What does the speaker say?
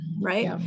Right